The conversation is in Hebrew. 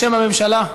בשם הממשלה,